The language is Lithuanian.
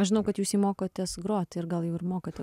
aš žinau kad jūs mokotės groti ir gal jau ir mokate